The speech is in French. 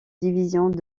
divisions